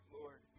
Lord